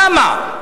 למה?